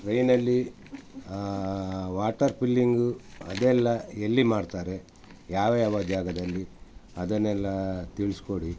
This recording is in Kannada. ಟ್ರೈನಲ್ಲಿ ವಾಟರ್ ಪಿಲ್ಲಿಂಗು ಅದೆಲ್ಲ ಎಲ್ಲಿ ಮಾಡ್ತಾರೆ ಯಾವಯಾವ ಜಾಗದಲ್ಲಿ ಅದನ್ನೆಲ್ಲ ತಿಳಿಸ್ಕೊಡಿ